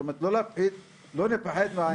לא לפחד מעניין